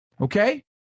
Okay